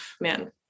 man